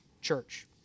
church